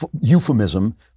euphemism